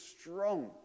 strong